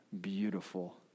beautiful